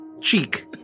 Cheek